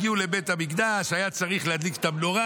הגיעו לבית המקדש והיה צריך להדליק את המנורה,